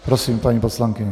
Prosím, paní poslankyně.